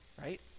right